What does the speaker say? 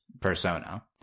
persona